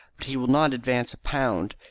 but he will not advance a pound,